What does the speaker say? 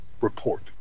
report